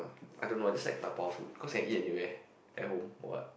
I don't know I just like dabao food cause can eat anywhere at home or what